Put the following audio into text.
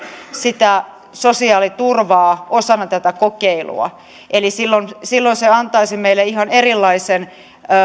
sitä sosiaaliturvaa osana tätä kokeilua eli silloin silloin se antaisi meille ihan erilaisen